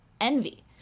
envy